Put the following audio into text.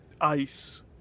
ice